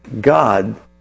God